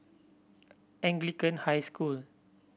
Anglican High School